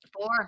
Four